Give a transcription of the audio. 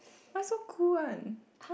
why so cool one